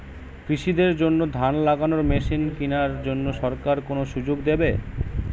কৃষি দের জন্য ধান লাগানোর মেশিন কেনার জন্য সরকার কোন সুযোগ দেবে?